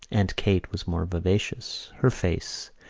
aunt kate was more vivacious. her face,